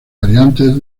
variantes